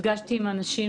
אותך,